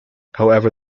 however